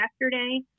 yesterday